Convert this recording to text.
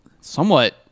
Somewhat